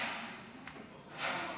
אינו נוכח,